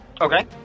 Okay